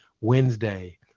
Wednesday